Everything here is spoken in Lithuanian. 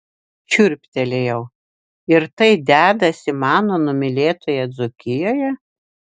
šiurptelėjau ir tai dedasi mano numylėtoje dzūkijoje